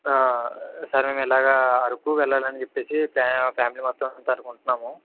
sir మేము ఇలాగ అరకు వెళ్ళాలని చెప్పేసి ఫ్యా ఫ్యామిలీ మెత్తం అనుకుంటున్నాము